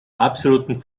absoluten